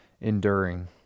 enduring